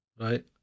right